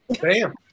bam